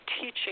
teaching